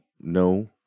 No